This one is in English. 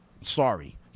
Sorry